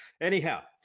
Anyhow